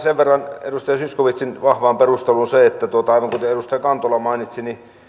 sen verran edustaja zyskowiczin vahvaan perusteluun että aivan kuten edustaja kantola mainitsi niin